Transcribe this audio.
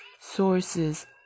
sources